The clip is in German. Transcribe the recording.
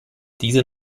diese